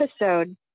episode